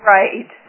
Right